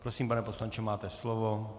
Prosím, pane poslanče, máte slovo.